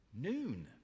Noon